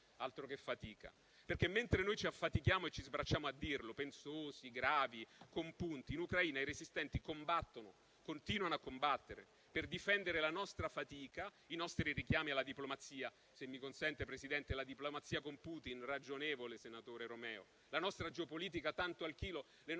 Altro che fatica. Mentre noi ci affatichiamo e ci stracciamo a dirlo - pensosi, gravi, compunti - in Ucraina i resistenti combattono, continuano a combattere per difendere la nostra fatica, i nostri richiami alla diplomazia. Se mi consente, Presidente, la diplomazia con Putin, ragionevole - senatore Romeo - la nostra geopolitica un tanto al chilo, le nostre